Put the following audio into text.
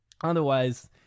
otherwise